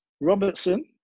Robertson